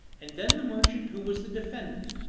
and then the merchant who was the defendant.